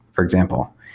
for example.